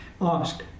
asked